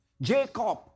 Jacob